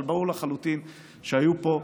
אבל ברור לחלוטין שהיו פה,